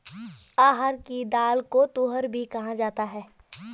अरहर की दाल को तूअर भी कहा जाता है